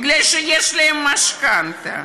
מפני שיש להם משכנתה,